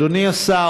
אדוני השר,